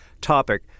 topic